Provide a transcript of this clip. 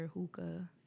hookah